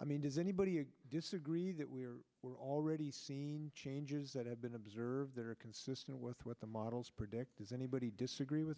i mean does anybody disagree that we're we're already seeing changes that have been observed that are consistent with what the models predict does anybody disagree with